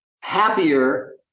happier